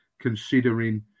considering